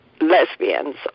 Lesbians